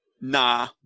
nah